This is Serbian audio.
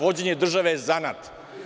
Vođenje države je zanat.